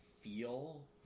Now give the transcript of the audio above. feel